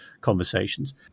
conversations